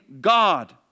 God